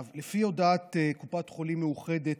לפי הודעת קופת חולים מאוחדת,